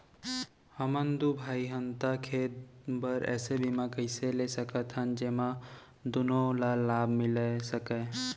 हमन दू भाई हन ता खेती बर ऐसे बीमा कइसे ले सकत हन जेमा दूनो ला लाभ मिलिस सकए?